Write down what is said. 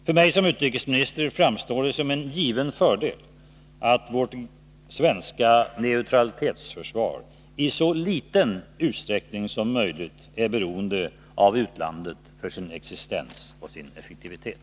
För mig som utrikesminister framstår det som en given fördel att vårt svenska neutralitetsförsvar i så liten utsträckning som möjligt är beroende av utlandet för sin existens och sin effektivitet.